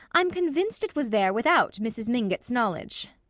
i'm convinced it was there without mrs. mingott's knowledge.